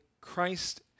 Christ